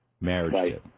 marriage